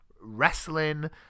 Wrestling